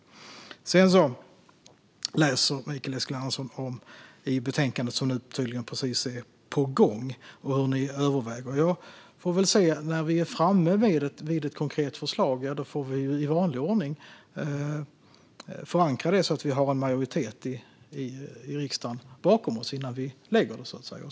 Mikael Eskilandersson läser i det betänkande som tydligen precis är på gång och talar om hur man överväger detta. När vi är framme vid ett konkret förslag får vi väl i vanlig ordning förankra det så att vi har en majoritet i riksdagen bakom oss innan vi lägger fram det.